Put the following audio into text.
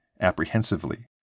apprehensively